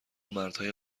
مردهای